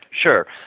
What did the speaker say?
Sure